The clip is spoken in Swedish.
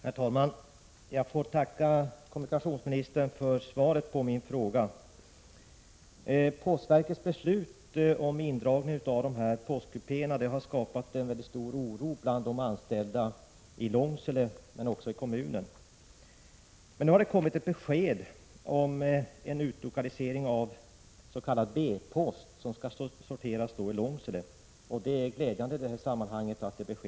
Herr talman! Jag får tacka kommunikationsministern för svaret på min fråga. Postverkets beslut om indragning av dessa postkupéer har skapat mycket stor oro bland de anställda i Långsele men också i kommunen. Nu har det kommit ett besked om en utlokalisering av s.k. B-post, som skall sorteras i Långsele, och det är glädjande i detta sammanhang.